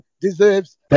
deserves